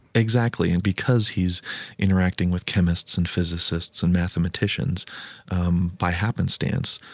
exactly. and because he's interacting with chemists and physicists and mathematicians um by happenstance,